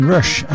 Rush